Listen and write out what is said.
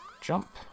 Jump